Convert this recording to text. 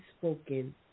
spoken